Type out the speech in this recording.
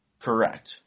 Correct